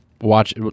watch